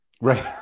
Right